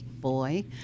boy